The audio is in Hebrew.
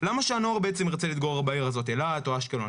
למה שהנוער בעצם ירצה להתגורר בעיר הזאת אילת או אשקלון?